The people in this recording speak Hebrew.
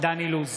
דן אילוז,